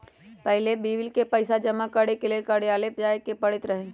पहिले बिल के पइसा जमा करेके लेल कर्जालय जाय के परैत रहए